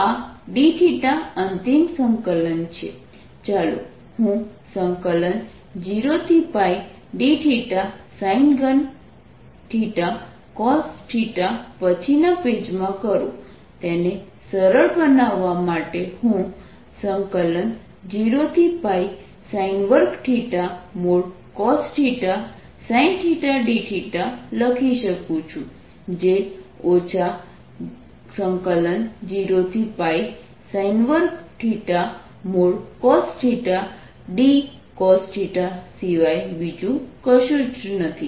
આ dθ અંતિમ સંકલન છે ચાલો હું 0dθsin3cosθ પછીના પેજમાં કરું તેને સરળ બનાવવા માટે હું 0sin2cosθsindθ લખી શકું છું જે 0sin2cosθdcosθ સિવાય બીજું કશું જ નથી